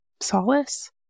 solace